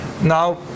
now